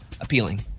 appealing